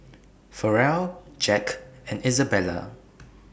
Farrell Jack and Izabella